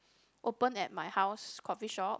open at my house coffee shop